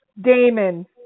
Damon